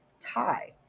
tie